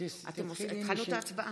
אינה נוכחת סעיד אלחרומי,